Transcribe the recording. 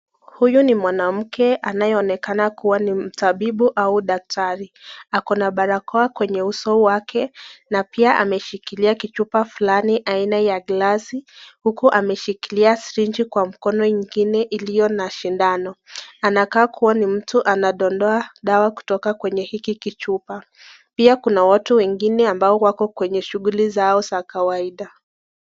Huyu ni mwanamke anayeonekana kuwa ni mtabibu au daktari. Ako na barakoa kwenye uso wake na pia ameshikilia kichupa fulani aina ya glasi huku ameshikilia sirinji kwa mkono ingine iliyo na sindano. Inakaa kuwa ni mtu anandondoa dawa kutoka hiki kichupa pia kuna watu wengine wako kwenye shughuli zao za kawaida.